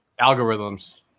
Algorithms